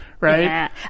right